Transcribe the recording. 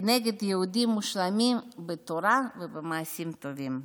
כנגד יהודים מושלמים בתורה ובמעשים טובים.